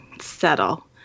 settle